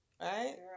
Right